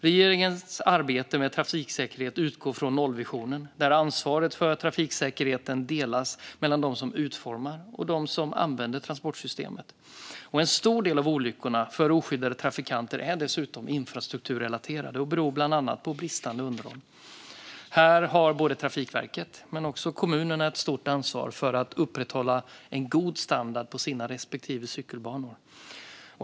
Regeringens arbete med trafiksäkerhet utgår från nollvisionen, där ansvaret för trafiksäkerheten delas mellan dem som utformar och dem som använder transportsystemet. En stor del av olyckorna för oskyddade trafikanter är dessutom infrastrukturrelaterade och beror bland annat på bristande underhåll. Här har både Trafikverket och kommunerna ett stort ansvar för att upprätthålla en god standard på sina respektive cykelbanor.